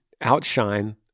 outshine